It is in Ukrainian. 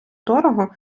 дорого